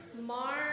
Mark